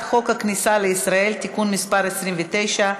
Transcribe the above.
חוק הכניסה לישראל (תיקון מס' 29),